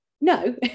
no